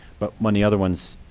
but on the other ones,